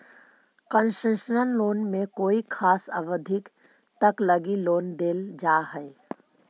concessional loan में कोई खास अवधि तक लगी लोन देल जा हइ